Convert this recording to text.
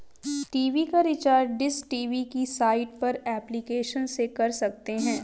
TV का recharge dish TV की site या एप्लीकेशन से कर सकते है